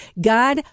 God